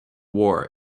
war